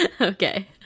Okay